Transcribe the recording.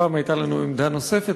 פעם הייתה לנו עמדה נוספת,